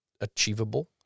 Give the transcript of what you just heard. achievable